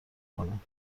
کنم